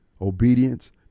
obedience